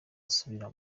asubira